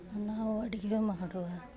ನಾವು ಅಡುಗೆ ಮಾಡುವ